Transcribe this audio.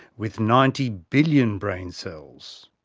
with ninety billion brain cells.